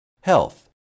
health